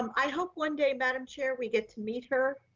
um i hope one day, madam chair, we get to meet her.